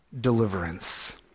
deliverance